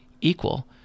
equal